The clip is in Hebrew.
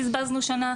בזבזנו שנה,